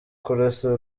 kurasa